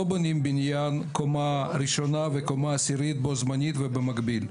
לא בונים בניין קומה ראשונה וקומה עשירית בו זמנית ובמקביל.